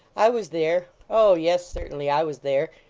i was there. oh! yes certainly, i was there.